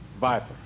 Viper